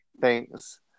Thanks